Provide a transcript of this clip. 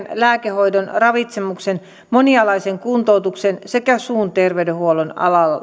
lääkehoidon ravitsemuksen monialaisen kuntoutuksen sekä suun terveydenhuollon alalta